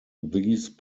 these